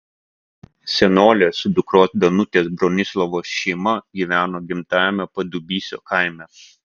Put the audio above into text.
senolė su dukros danutės bronislavos šeima gyvena gimtajame padubysio kaime